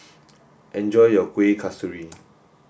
enjoy your Kuih Kasturi